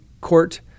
court